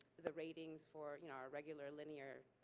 the ratings for you know our regular linear